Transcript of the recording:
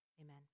Amen